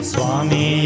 Swami